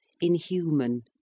inhuman